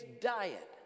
diet